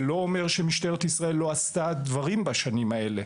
זה לא אומר שמשטרת ישראל לא עשתה דברים בשנים האלה,